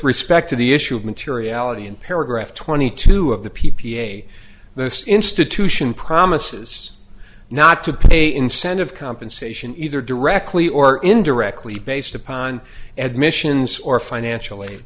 respect to the issue of materiality in paragraph twenty two of the p p a this institution promises not to pay incentive compensation either directly or indirectly based upon admissions or financial